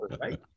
right